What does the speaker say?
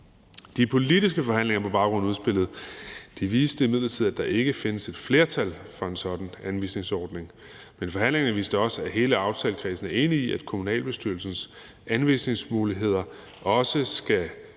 De politiske forhandlinger på baggrund af udspillet viste imidlertid, at der ikke fandtes et flertal for en sådan anvisningsordning. Men forhandlingerne viste også, at hele aftalekredsen er enig i, at kommunalbestyrelsens anvisningsmuligheder også skal give